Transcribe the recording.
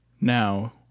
Now